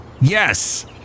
Yes